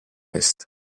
eest